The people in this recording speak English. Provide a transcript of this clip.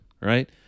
right